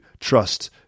trust